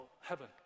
heaven